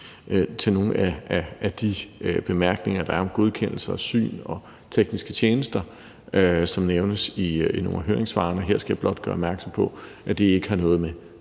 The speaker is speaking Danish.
til nogle af de bemærkninger, der er om godkendelse og syn og tekniske tjenester, som nævnes i nogle af høringssvarene. Her skal jeg blot gøre opmærksom på, at det ikke har noget med